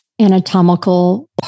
anatomical